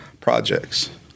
projects